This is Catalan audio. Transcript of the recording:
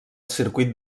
circuit